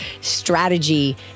strategy